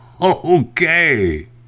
okay